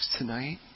tonight